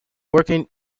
working